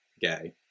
Gay